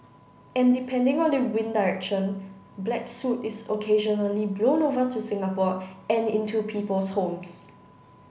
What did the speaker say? and depending on the wind direction black soot is occasionally blown over to Singapore and into people's homes